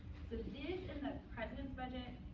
so is is the president's budget.